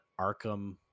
Arkham